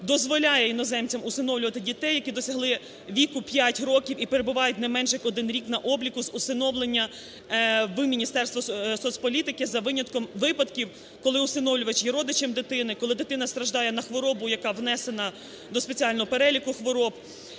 дозволяє іноземцям усиновлювати дітей, які досягли віку 5 років і перебувають не менше як один рік на обліку з усиновлення в Міністерстві соцполітики, за винятком випадків, коли усиновлювач є родичем дитини, коли дитина страждає на хворобу, яка внесена до спеціального переліку хвороб.